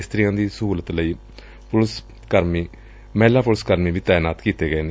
ਇਸਤਰੀਆਂ ਦੀ ਸਹੁਲਤ ਲਈ ਮਹਿਲਾ ਪੁਲਿਸ ਕਰਮੀ ਵੀ ਤਾਇਨਾਤ ਨੇ